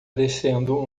descendo